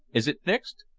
is it fixed?